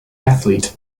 athlete